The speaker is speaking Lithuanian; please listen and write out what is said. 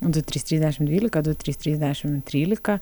du trys trys dešim dvylika du trys trys dešim trylika